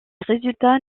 résultats